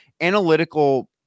analytical